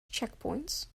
checkpoints